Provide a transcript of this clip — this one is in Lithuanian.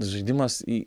žaidimas į